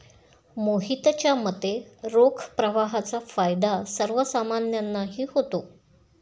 मोहितच्या मते, रोख प्रवाहाचा फायदा सर्वसामान्यांनाही होतो